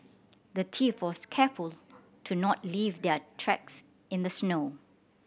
the thief was careful to not leave their tracks in the snow